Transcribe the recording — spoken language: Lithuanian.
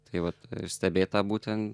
tai vat ir stebėt tą būten